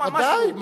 ודאי.